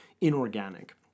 inorganic